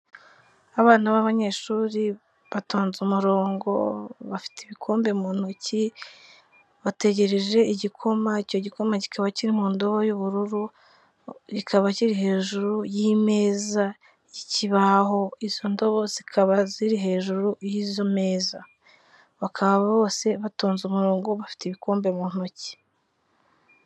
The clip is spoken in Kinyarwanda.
Abana b'abanyeshuri batonze umurongo, bafite ibikombe mu ntoki bategereje igikoma, icyo gikoma kikaba kiri mu ndobo y'ubururu, kikaba kiri hejuru y'imeza y'ikibaho, izo ndobo zikaba ziri hejuru y'izo meza. Bakaba bose batonze umurongo bafite ibikombe mu ntoki.